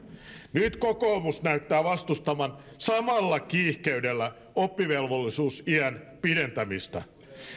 nyt kokoomus näyttää vastustavan samalla kiihkeydellä oppivelvollisuusiän pidentämistä